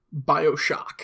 Bioshock